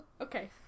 Okay